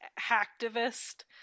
hacktivist